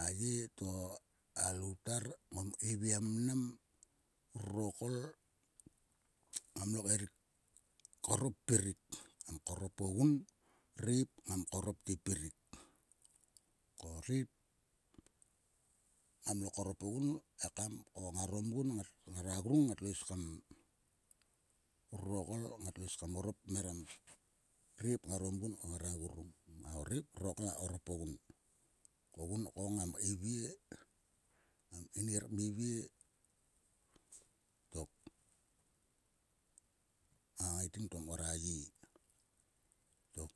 A ye to a loutar ngom keivie mnam. Rurokol ngam lo korop puirik. Ngam korop ogun. Ireip ngam korop te puirik ko. Ko ireip ngamlo korop ogun ekam ko ngaro mgun ngara grung ngatlo is kam. Rurokol ngatlo is kam orop meram ireip ngaro mgun ko ngara grung. Rurokol ngatlo is kam orop meram ireip ngaro mgun ko ngara grung ngara hore. Ruroko ngar korop ogun. Kogun ko ngam keivie. ngam keinir kmivie tok. A ngaiting to mkor a ye tok.